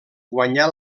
guanyà